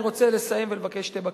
אני רוצה לסיים ולבקש שתי בקשות,